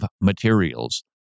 materials